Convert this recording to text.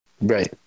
right